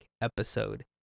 episode